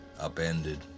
upended